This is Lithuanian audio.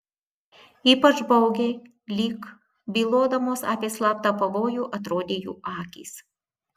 ypač baugiai lyg bylodamos apie slaptą pavojų atrodė jų akys